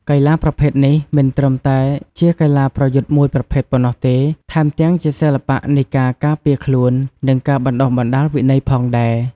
កីឡាប្រភេទនេះមិនត្រឹមតែជាកីឡាប្រយុទ្ធមួយប្រភេទប៉ុណ្ណោះទេ ថែមទាំងជាសិល្បៈនៃការការពារខ្លួន និងការបណ្ដុះបណ្ដាលវិន័យផងដែរ ។